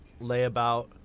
layabout